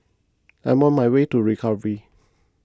I'm on my way to recovery